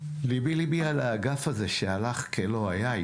ליבי ליבי על האגף הזה שהלך כלא היה,